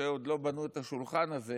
שעוד לא בנו את השולחן הזה